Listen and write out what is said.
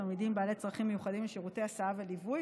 תלמידים בעלי צרכים מיוחדים לשירותי הסעה וליווי,